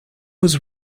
was